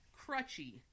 Crutchy